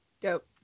dope